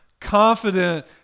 confident